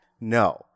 No